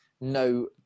No